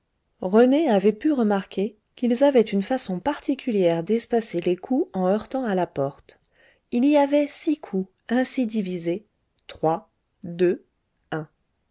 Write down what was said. rené avait pu remarquer qu'ils avaient une façon particulière d'espacer les coups en heurtant à la porte il y avait six coups ainsi divisés trois deux un